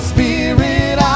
Spirit